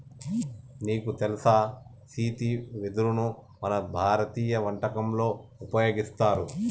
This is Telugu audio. నీకు తెలుసా సీతి వెదరును మన భారతీయ వంటకంలో ఉపయోగిస్తారు